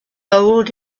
old